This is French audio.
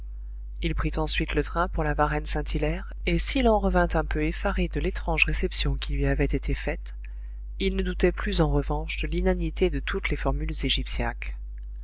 il prit ensuite le train pour la varenne saint hilaire et s'il en revint un peu effaré de l'étrange réception qui lui avait été faite il ne doutait plus en revanche de l'inanité de toutes les formules